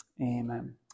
Amen